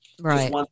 Right